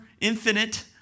infinite